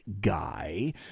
guy